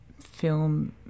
film